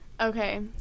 Okay